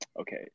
Okay